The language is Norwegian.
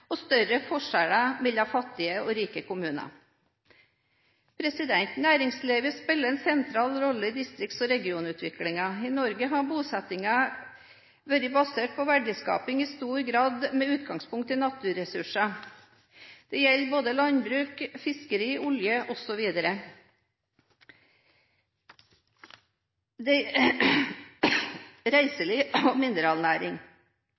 og større forskjeller mellom fattige og rike kommuner. Næringslivet spiller en sentral rolle i distrikts- og regionutviklingen. I Norge har bosettingen i stor grad vært basert på verdiskaping med utgangspunkt i naturressurser. Det gjelder både landbruk, fiskeri, olje,